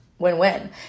win-win